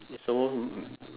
someone who